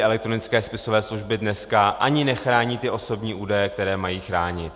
Elektronické spisové služby dneska ani nechrání osobní údaje, které mají chránit.